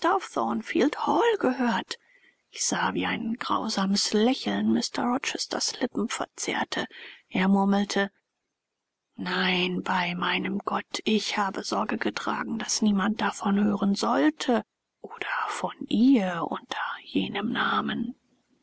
auf thornfield hall gehört ich sah wie ein grausames lächeln mr rochesters lippen verzerrte er murmelte nein bei meinem gott ich habe sorge getragen daß niemand davon hören sollte oder von ihr unter jenem namen